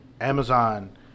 Amazon